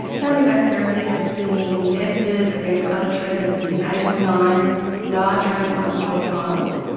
family based therapy has been tested against other treatments in eight or nine large randomised controlled trials,